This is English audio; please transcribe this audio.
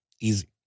Easy